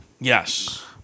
Yes